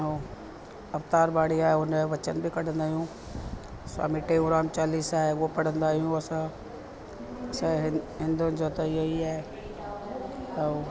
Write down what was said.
ऐं अवतार बाड़ी आहे उन जो वचन बि कढंदा आहियूं स्वामी टेऊंराम चालीसा आहे उहो पढ़ंदा आयूं असां असां हिंदुनि जा त इहो ई आहे ऐं